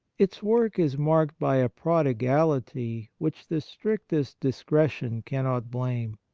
its work is marked by a prodigality which the strictest discretion cannot blame.